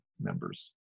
members